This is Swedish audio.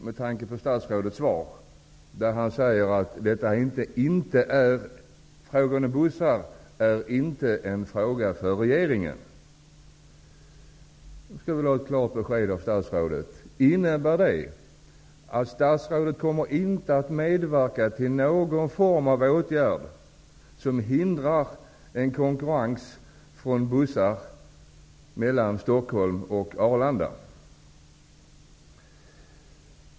Med tanke på att statsrådet i svaret säger att frågan om bussar inte är en fråga för regeringen, skulle jag vilja ha ett klart besked från honom: Innebär det att statsrådet inte kommer att medverka till någon form av åtgärder som hindrar en konkurrens från bussar mellan Stockholm och Arlanda?